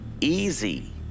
easy